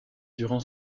durant